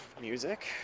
music